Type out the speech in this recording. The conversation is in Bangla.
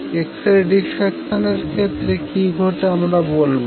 x রে ডিফ্রাকশান এর ক্ষেত্রে কি ঘটে আমরা বলবো